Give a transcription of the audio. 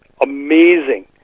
amazing